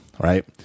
right